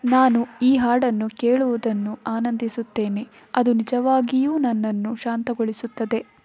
ನಾನು ಈ ಹಾಡನ್ನು ಕೇಳುವುದನ್ನು ಆನಂದಿಸುತ್ತೇನೆ ಅದು ನಿಜವಾಗಿಯೂ ನನ್ನನ್ನು ಶಾಂತಗೊಳಿಸುತ್ತದೆ